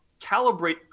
calibrate